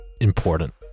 Important